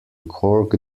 cork